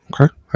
Okay